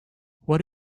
what